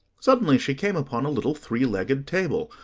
suddenly she came upon a little three-legged table,